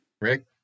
Rick